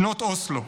שנות אוסלו.